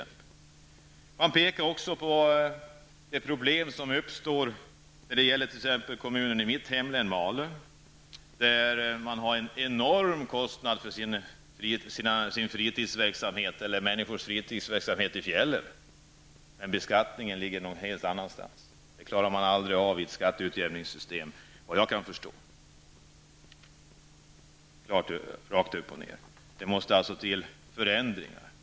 Man pekar också på de problem som uppstår när kommuner, som i mitt hemlän Malung, har enorma kostnader för människors fritidsverksamhet i fjällen men beskattningen ligger någon helt annanstans. Det klarar man aldrig av med ett skatteutjämningssystem, såvitt jag kan förstå. Det är rakt upp och ner. Det måste till förändringar.